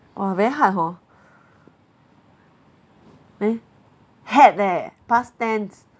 orh very hard hor eh had leh past tense